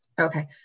Okay